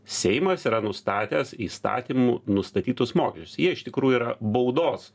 seimas yra nustatęs įstatymų nustatytus mokesčius jie iš tikrųjų yra baudos